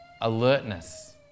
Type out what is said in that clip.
alertness